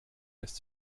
lässt